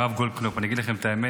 הרב גולדקנופ, אני אגיד לכם את האמת,